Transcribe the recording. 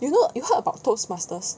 you heard you heard about Toastmasters